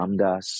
Ramdas